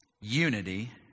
unity